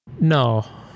No